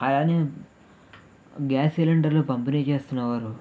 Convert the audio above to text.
అలానే గ్యాస్ సిలిండర్లు పంపిణీ చేస్తున్న వారు